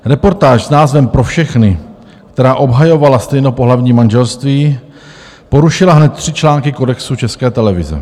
Reportáž s názvem Pro všechny, která obhajovala stejnopohlavní manželství, porušila hned tři články kodexu České televize.